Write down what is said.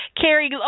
Carrie